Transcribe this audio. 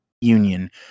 union